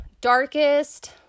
darkest